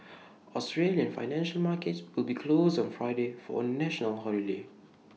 Australian financial markets will be closed on Friday for A national holiday